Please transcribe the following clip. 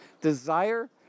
Desire